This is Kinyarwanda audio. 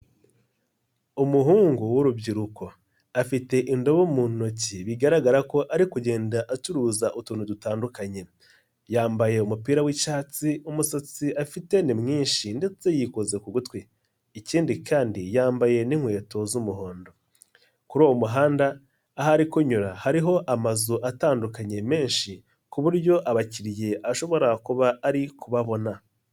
Umuhungu w'urubyiruko afite indobo mu ntoki bigaragara ko ari kugenda acuruza utuntu dutandukanye, yambaye umupira w'icyatsi umusatsi afite ni mwinshi ndetse yikoza ku gutwi ikindi kandi yambaye n'inkweto z'umuhondo. Kuri uwo muhanda ahari kunyura hariho amazu atandukanye menshi kuburyo abakinnyi ashobora kuba ari kubabona.